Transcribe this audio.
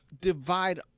divide